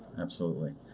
absolutely.